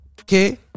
Okay